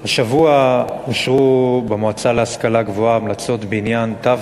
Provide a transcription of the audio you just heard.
השבוע אושרו במועצה להשכלה גבוהה המלצות בעניין תו